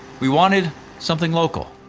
we wanted something local.